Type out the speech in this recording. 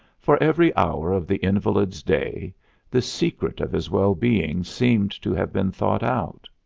for every hour of the invalid's day the secret of his well-being seemed to have been thought out.